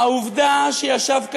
שיחזור בו.